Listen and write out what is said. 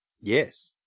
Yes